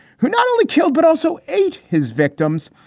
who not only killed, but also eight his victims.